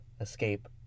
escape